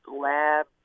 lab